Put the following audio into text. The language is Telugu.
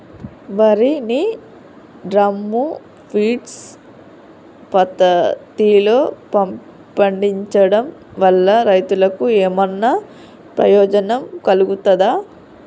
వరి ని డ్రమ్ము ఫీడ్ పద్ధతిలో పండించడం వల్ల రైతులకు ఏమన్నా ప్రయోజనం కలుగుతదా?